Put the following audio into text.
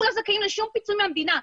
אנחנו לא זכאים לשום פיצוי מהמדינה,